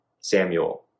Samuel